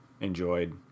enjoyed